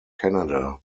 canada